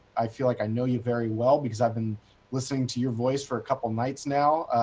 i feel like i know you very well because i've been listening to your voice for a couple nights now.